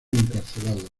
encarcelado